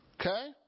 Okay